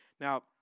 Now